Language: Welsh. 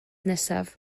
nesaf